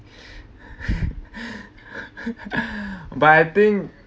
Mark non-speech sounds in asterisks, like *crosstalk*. *laughs* but I think